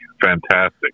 Fantastic